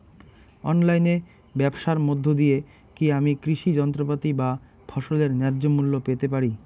অনলাইনে ব্যাবসার মধ্য দিয়ে কী আমি কৃষি যন্ত্রপাতি বা ফসলের ন্যায্য মূল্য পেতে পারি?